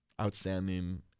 Outstanding